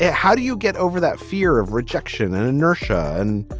yeah how do you get over that fear of rejection and inertia? and,